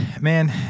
Man